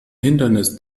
hindernis